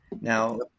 Now